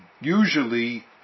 Usually